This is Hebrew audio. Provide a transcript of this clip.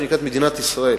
שהיא נקראת מדינת ישראל,